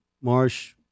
Marsh